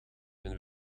een